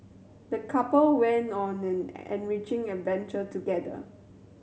the couple went on an enriching adventure together